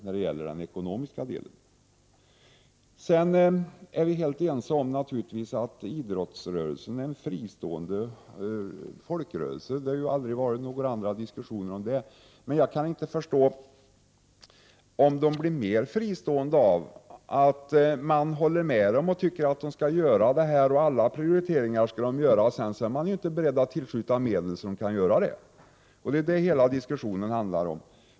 Vi är naturligtvis helt ense om att idrottsrörelsen är en fristående folkrörelse — det har aldrig varit diskussion om något annat. Men jag kan inte förstå att klubbarna blir mer fristående av att man håller med om att de skall göra insatser och prioriteringar, men sedan inte är beredd att tillskjuta medel så att de kan göra detta. Det är ju det hela diskussionen handlar om.